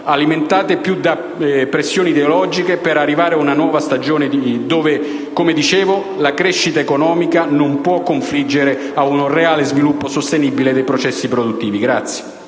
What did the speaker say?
alimentate più da pressioni ideologiche - per arrivare ad una nuova stagione dove, come dicevo, la crescita economica non può confliggere con un reale sviluppo sostenibile dei processi produttivi.